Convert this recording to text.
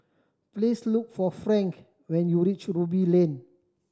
please look for Frank when you reach Ruby Lane